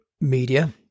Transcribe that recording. media